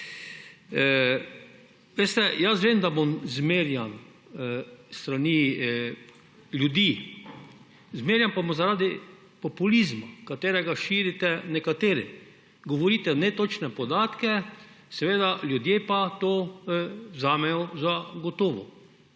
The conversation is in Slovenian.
Jaz vem, da bom zmerjan s strani ljudi. Zmerjan pa bom zaradi populizma, katerega širite nekateri. Govorite netočne podatke, seveda ljudje pa to vzamejo za gotovo.